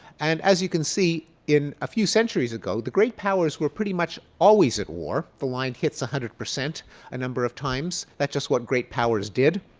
and as you can see, in a few centuries ago, the great powers were pretty much always at war. the line hits one hundred percent a number of times. that's just what great powers did.